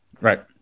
Right